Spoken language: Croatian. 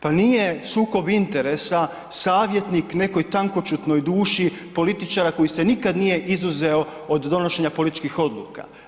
Pa nije sukob interesa savjetnik nekoj tankoćutnoj duši političara koji se nikada nije izuzeo od donošenja političkih odluka.